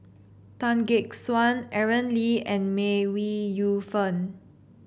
Tan Gek Suan Aaron Lee and May Wee Yu Fen